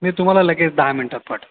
मी तुम्हाला लगेच दहा मिनटांत पाठवतो